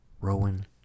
Rowan